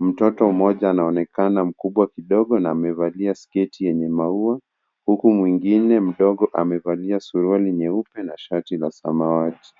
Mtoto mmoja anaonekana mkubwa kidogo na amevalia sketi yenye maua huku mwingine mdogo amevalia suruali nyeupe na shati la samawati.